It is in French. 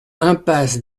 impasse